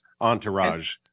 entourage